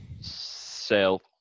Sell